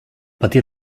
patí